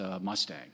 Mustang